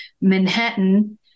Manhattan